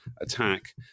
attack